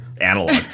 analog